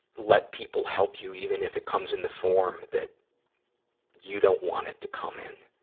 let people help you, even if it comes in the form that you don't want it to come in.